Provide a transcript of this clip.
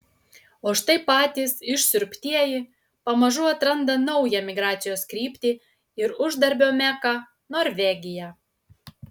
o štai patys išsiurbtieji pamažu atranda naują migracijos kryptį ir uždarbio meką norvegiją